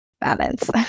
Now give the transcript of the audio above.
balance